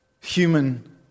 human